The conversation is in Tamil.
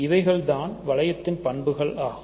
இவைகள் தான் வளையத்தின் பண்புகளாகும்